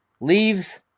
leaves